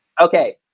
Okay